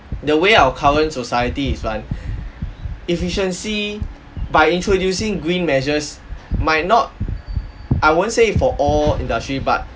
the way our current society is run efficiency by introducing green measures might not I won't say for all industry but